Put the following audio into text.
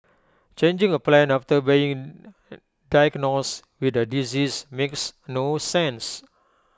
changing A plan after being diagnosed with A disease makes no sense